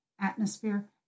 atmosphere